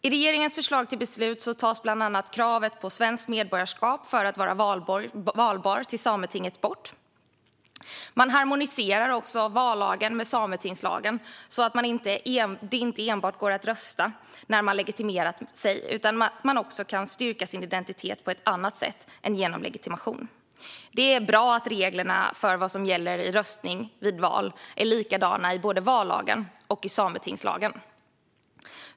I regeringens förslag till beslut tas kravet på svenskt medborgarskap för att vara valbar till Sametinget bort. Vidare harmoniseras vallagen med sametingslagen så att det inte enbart går att rösta när man legitimerat sig utan man också kan styrka sin identitet på annat sätt än genom legitimation. Det är bra att reglerna för vad som gäller vid röstning i val är likadana i vallagen och i sametingslagen.